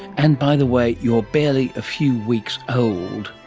and by the way, you are barely a few weeks old.